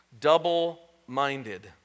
double-minded